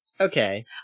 Okay